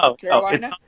Carolina